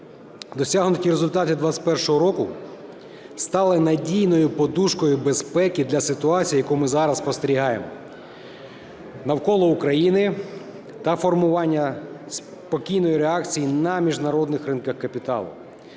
Досягнуті результати 2021 року стали надійною подушкою безпеки для ситуації, яку ми зараз спостерігаємо навколо України, та формування спокійної реакції на міжнародних ринках капіталу.